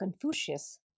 Confucius